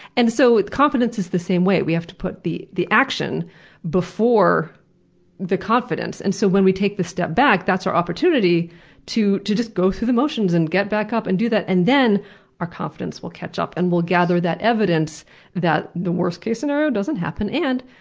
and so, with confidence, it's the same way. we have to put the the action before the confidence. so when we take the step back, that's our opportunity to to just go through the motions and get back up and do that, and then our confidence will catch up and will gather that evidence that the worst-case scenario doesn't happen. and,